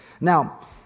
Now